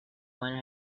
miner